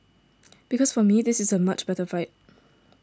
because for me this is a much better fight